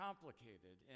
Complicated